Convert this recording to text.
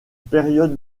période